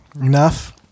Enough